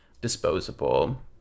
disposable